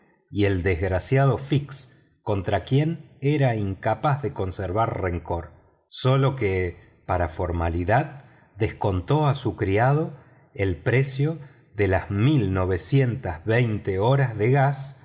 y el desgraciado fix contra quien era incapaz de conservar rencor sólo que para formalidad descontó a su criado el precio de las mil novecientas horas de gas